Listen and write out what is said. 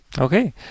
Okay